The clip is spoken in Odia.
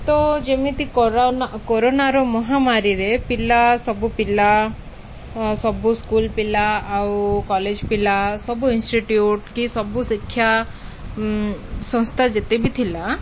ତ ଯେମିତି କରୋନା କରୋରୋନାର ମହାମାରୀରେ ପିଲା ସବୁ ପିଲା ସବୁ ସ୍କୁଲ ପିଲା ଆଉ କଲେଜ ପିଲା ସବୁ ଇନଷ୍ଟିଟ୍ୟୁଟ କି ସବୁ ଶିକ୍ଷା ସଂସ୍ଥା ଯେତେ ବି ଥିଲା